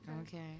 Okay